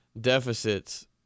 deficits